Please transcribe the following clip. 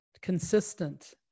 consistent